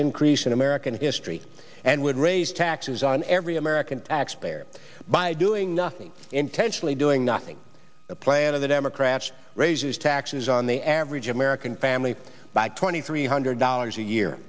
increase in american history and would raise taxes on every american taxpayer by doing nothing intentionally doing nothing a plan of the democrats raises taxes on the average american family by twenty three hundred dollars a year